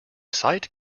sight